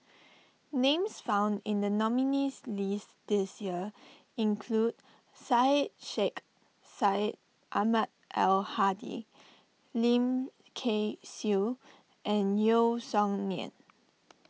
names found in the nominees' list this year include Syed Sheikh Syed Ahmad Al Hadi Lim Kay Siu and Yeo Song Nian